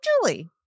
Julie